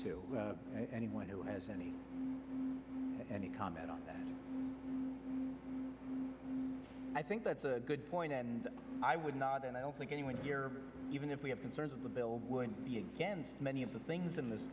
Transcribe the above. to anyone who has any any comment on that i think that's a good point and i would not and i don't think anyone even if we have concerns of the bill many of the things in this